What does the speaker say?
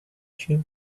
jew